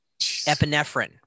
Epinephrine